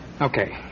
Okay